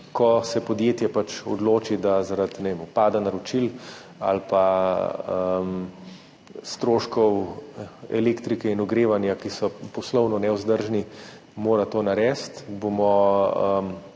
ko se podjetje odloči, da zaradi upada naročil ali pa stroškov elektrike in ogrevanja, ki so poslovno nevzdržni, mora to narediti,